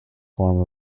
form